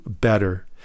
better